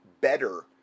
better